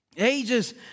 Ages